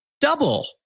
double